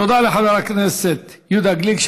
תודה לחבר הכנסת יהודה גליק.